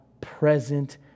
present